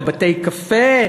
לבתי-קפה,